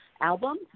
Album